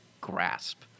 grasp